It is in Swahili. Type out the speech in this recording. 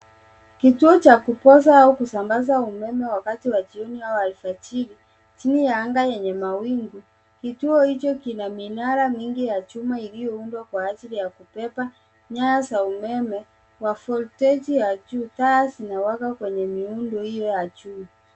Kituo cha kupoza au kusambaza umeme wakati wa jioni au alfajiri, chini ya anga yenye mawingu. Kituo hicho kina minara mingi ya chuma iliyoundwa kwa ajili ya kubeba nyaya za umeme wa voltaji ya juu. Taa zinawaka kwenye miundo hiyo ya juu.